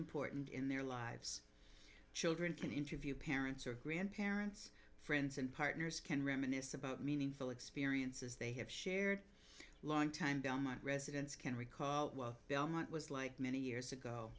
important in their lives children can interview parents or grandparents friends and partners can reminisce about meaningful experiences they have shared a long time dhamma residents can recall belmont was like many years ago